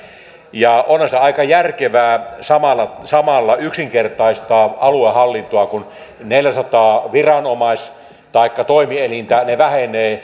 ja onhan se aika järkevää samalla samalla yksinkertaistaa aluehallintoa kun neljäsataa viranomais taikka toimielintä vähenee